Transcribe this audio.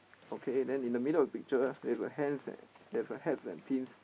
okay then in the middle of picture there's a hands and there's a hats and pins